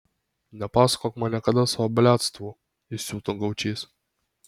nepasakok man niekada savo bliadstvų įsiuto gaučys